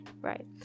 Right